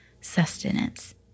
sustenance